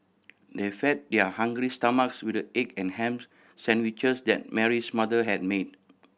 they fed their hungry stomachs with the egg and ham sandwiches that Mary's mother had made